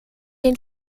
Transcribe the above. den